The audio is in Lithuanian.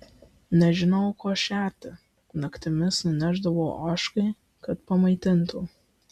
nežinojau kuo šerti naktimis nunešdavau ožkai kad pamaitintų